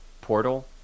portal